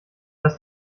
das